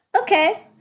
Okay